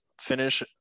finish